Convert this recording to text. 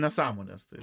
nesąmones tai